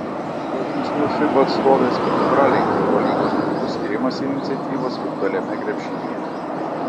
šiuo žingsniu fiba atstovės pralenkia eurolygos klubus ir imasi iniciatyvos virtualiame krepšinyje